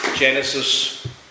Genesis